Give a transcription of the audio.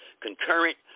concurrent